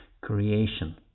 creation